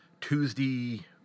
Tuesday